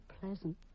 pleasant